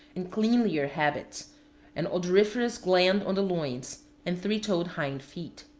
and cleanlier habits an odoriferous gland on the loins, and three-toed hind feet.